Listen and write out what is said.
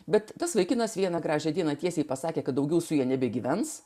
bet tas vaikinas vieną gražią dieną tiesiai pasakė kad daugiau su ja nebegyvens